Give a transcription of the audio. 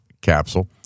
capsule